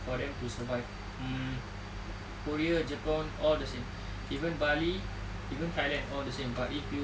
for them to survive mm korea jepun all the same even bali even thailand all the same but if you